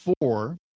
four